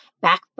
back